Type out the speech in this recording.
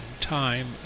time